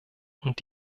und